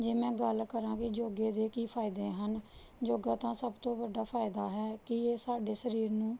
ਜੇ ਮੈਂ ਗੱਲ ਕਰਾਂ ਕਿ ਯੋਗੇ ਦੇ ਕੀ ਫਾਇਦੇ ਹਨ ਯੋਗਾ ਤਾਂ ਸਭ ਤੋਂ ਵੱਡਾ ਫਾਇਦਾ ਹੈ ਕਿ ਇਹ ਸਾਡੇ ਸਰੀਰ ਨੂੰ